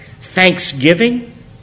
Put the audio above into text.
thanksgiving